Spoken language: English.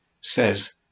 says